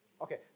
Okay